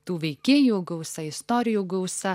tų veikėjų gausa istorijų gausa